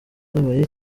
ababaye